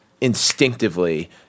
instinctively